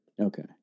Okay